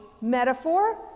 metaphor